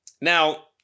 Now